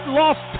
lost